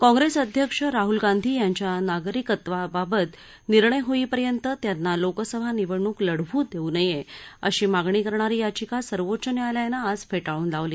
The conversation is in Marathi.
काँप्रेस अध्यक्ष राहल गांधी यांच्या नागरिकत्वाबाबत निर्णय होईपर्यंत त्यांना लोकसभा निवडणूक लढवू देऊ नये अशी मागणी करणारी याचिका सर्वोच्च न्यायालयालानं आज फेटाळून लावली